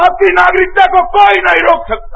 आपकी नागरिकता को कोई नहीं रोक सकता